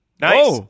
Nice